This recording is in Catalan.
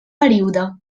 període